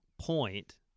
point